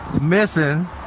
missing